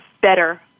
better